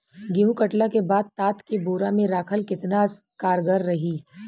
गेंहू कटला के बाद तात के बोरा मे राखल केतना कारगर रही?